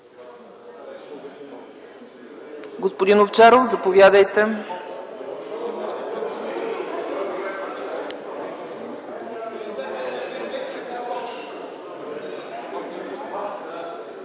Господин Овчаров, заповядайте.